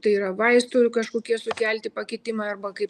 tai yra vaistų ir kažkokie sukelti pakitimai arba kaip